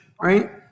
right